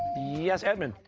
yes, edmund.